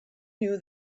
knew